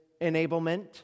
enablement